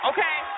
Okay